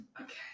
Okay